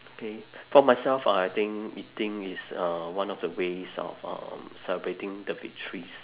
okay for myself uh I think eating is uh one of the ways of um celebrating the victories